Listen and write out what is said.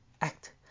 Act